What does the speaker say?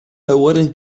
laugarren